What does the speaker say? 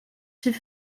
s’est